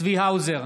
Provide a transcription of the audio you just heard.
צבי האוזר,